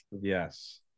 Yes